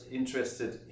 interested